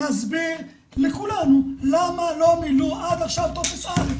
להסביר לכולנו למה לא מילאו עד עכשיו טופס א'.